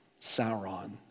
Sauron